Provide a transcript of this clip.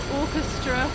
orchestra